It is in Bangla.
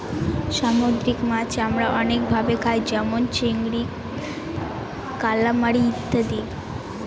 সামুদ্রিক মাছ আমরা অনেক ভাবে খায় যেমন চিংড়ি, কালামারী ইত্যাদি